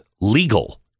legal